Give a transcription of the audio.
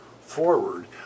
forward